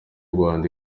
rwanda